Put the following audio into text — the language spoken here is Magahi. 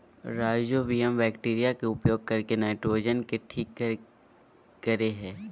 राइजोबियम बैक्टीरिया के उपयोग करके नाइट्रोजन के ठीक करेय हइ